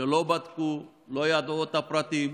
שלא בדקו, לא ידעו את הפרטים,